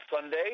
Sunday